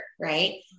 Right